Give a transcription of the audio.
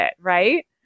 right